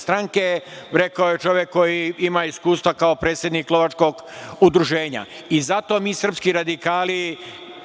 stranke. Rekao je čovek koji ima iskustva kao predsednik lovačkog udruženja. Zato mi srpski radikali